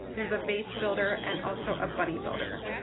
there's a vase builder and also a bunny builder.